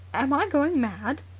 am i going mad?